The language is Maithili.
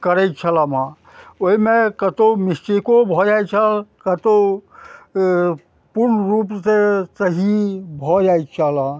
करय छल ओइमे कतहु मिस्टेको भऽ जाइ छल कतहु पूर्ण रूपसँ सही भऽ जाइत छलऽ